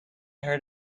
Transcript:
heard